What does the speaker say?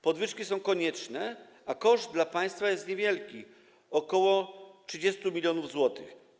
Podwyżki są konieczne, a koszt dla państwa jest niewielki - ok. 30 mln zł.